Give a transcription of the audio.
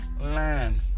land